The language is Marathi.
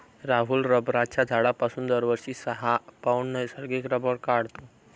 राहुल रबराच्या झाडापासून दरवर्षी सहा पौंड नैसर्गिक रबर काढतो